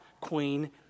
Queen